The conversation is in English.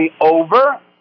over